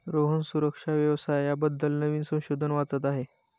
रोहन सुरक्षा व्यवसाया बद्दल नवीन संशोधन वाचत आहे